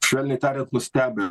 švelniai tariant nustebę